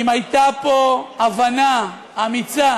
אם הייתה פה הבנה אמיצה